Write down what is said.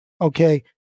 Okay